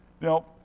Now